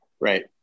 Right